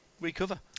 recover